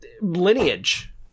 lineage